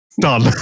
done